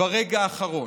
ברגע האחרון.